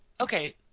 okay